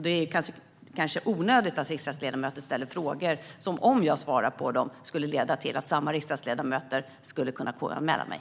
Det är kanske onödigt att riksdagsledamöter ställer frågor som, om jag svarar på dem, kan leda till att samma riksdagsledamöter kan KU-anmäla mig.